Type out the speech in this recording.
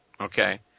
okay